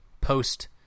post